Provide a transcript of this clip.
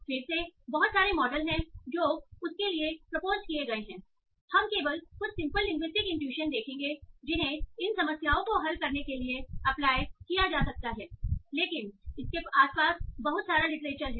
फिर से बहुत सारे मॉडल हैं जो उसके लिए प्रपोजड किए गए हैं हम केवल कुछ सिंपल लिंग्विस्टिक इनट्यूशन देखेंगे जिन्हें इन समस्याओं को हल करने के लिए अप्लाई किया जा सकता है लेकिन इसके आसपास बहुत सारा लिटरेचर है